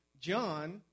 John